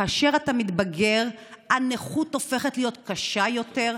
כאשר אתה מתבגר הנכות הופכת להיות קשה יותר,